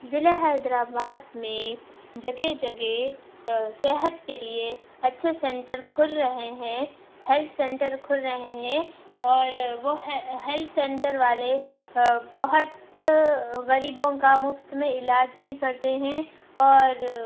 ضلع حیدر آباد میں جگہ جگہ صحت کے لیے اچھے سنٹر کھل رہے ہیں ہلتھ سنٹر کھل رہے ہیں اور وہ ہلتھ سنٹر والے بہت غریبوں کا مفت میں علاج بھی کرتے ہیں اور